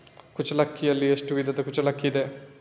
ಕುಚ್ಚಲಕ್ಕಿಯಲ್ಲಿ ಎಷ್ಟು ವಿಧದ ಕುಚ್ಚಲಕ್ಕಿ ಇದೆ?